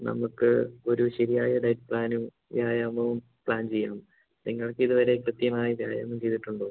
നമുക്ക് ഒരു ശരിയായ ഡയറ്റ് പ്ലാനും വ്യായാമവും പ്ലാൻ ചെയ്യാം നിങ്ങൾ ഇതുവരെ കൃത്യമായി വ്യായാമം ചെയ്തിട്ടുണ്ടോ